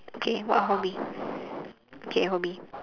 okay what hobby okay hobby